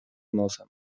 nosem